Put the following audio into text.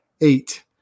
eight